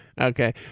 Okay